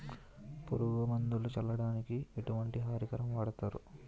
పురుగు మందులు చల్లడానికి ఎటువంటి పరికరం వాడతారు?